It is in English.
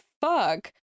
fuck